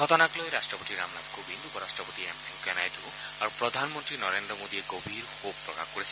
ঘটনাকলৈ ৰাষ্ট্ৰপতি ৰামনাথ কোবিন্দ উপ ৰাষ্ট্ৰপতি এম ভেংকায়া নাইডু আৰু প্ৰধানমন্ত্ৰী নৰেন্দ্ৰ মোদীয়ে গভীৰ শোক প্ৰকাশ কৰিছে